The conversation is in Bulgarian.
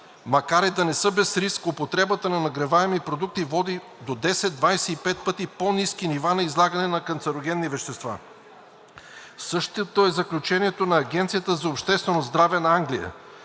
„Макар и да не са без риск, употребата на нагреваеми продукти води до 10 – 25 пъти по ниски нива на излагане на канцерогенни вещества“; същото е заключението на Агенцията за обществено здраве на Англия,